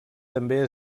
també